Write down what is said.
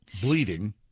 Bleeding